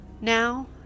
Now